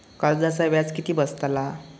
कर्जाचा व्याज किती बसतला?